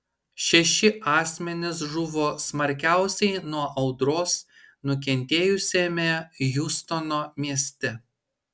šeši asmenys žuvo smarkiausiai nuo audros nukentėjusiame hjustono mieste